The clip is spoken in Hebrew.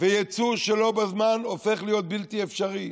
יצוא שלא בזמן הופך להיות בלתי אפשרי.